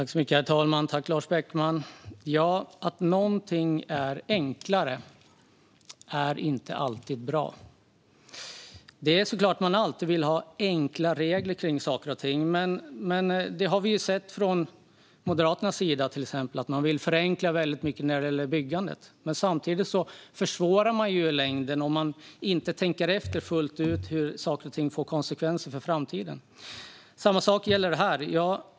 Herr talman! Tack, Lars Beckman, för frågan! Att någonting är enklare är inte alltid bra. Det är klart att man alltid vill ha enkla regler för saker och ting. Vi har sett, till exempel från Moderaternas sida, att man vill förenkla mycket när det gäller byggandet, men samtidigt försvårar man i längden om man inte tänker efter fullt ut när det gäller vilka konsekvenser för framtiden som saker och ting får. Samma sak gäller här.